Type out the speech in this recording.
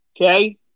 okay